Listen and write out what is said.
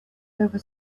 over